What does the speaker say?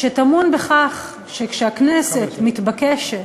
שטמון בכך שכשהכנסת מתבקשת,